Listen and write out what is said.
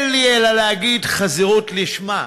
אין לי אלא להגיד, חזירות לשמה,